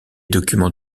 documents